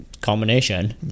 combination